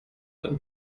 ein